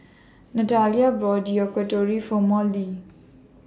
Natalia bought Yakitori For Molly